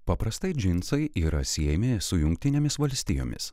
paprastai džinsai yra siejami su jungtinėmis valstijomis